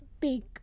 big